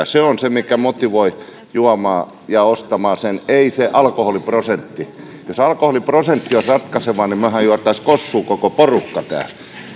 se on se mikä motivoi juomaan ja ostamaan sen ei se alkoholiprosentti vaan se maku jos alkoholiprosentti olisi ratkaiseva niin mehän juotaisiin kossua koko porukka täällä